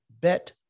bet